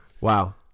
Wow